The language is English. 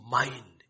mind